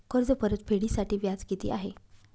कर्ज परतफेडीसाठी व्याज किती आहे?